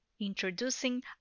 Introducing